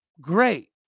great